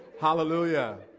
hallelujah